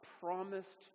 promised